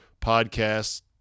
podcasts